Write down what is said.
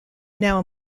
now